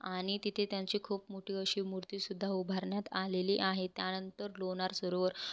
आणि तिथे त्यांची खूप मोठी अशी मूर्ती सुध्दा उभारण्यात आलेली आहे त्यानंतर लोणार सरोवर